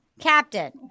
Captain